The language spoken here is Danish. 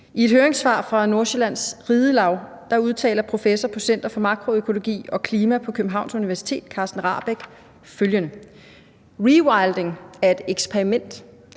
I et høringssvar fra Nordsjællands Ridelaug udtaler professor på Center for Makroøkologi, Evolution og Klima på Københavns Universitet Carsten Rahbek følgende: Rewilding er et eksperiment,